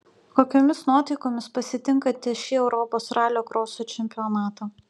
kokiomis nuotaikomis pasitinkate šį europos ralio kroso čempionatą